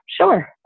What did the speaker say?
Sure